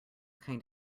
kind